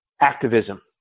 Activism